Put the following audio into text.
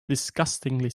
disgustingly